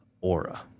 aura